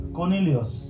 Cornelius